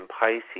Pisces